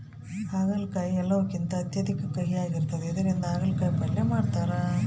ಆಗಲಕಾಯಿ ಎಲ್ಲವುಕಿಂತ ಅತ್ಯಧಿಕ ಕಹಿಯಾಗಿರ್ತದ ಇದರಿಂದ ಅಗಲಕಾಯಿ ಪಲ್ಯ ಮಾಡತಾರ